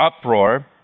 uproar